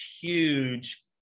huge